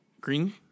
Green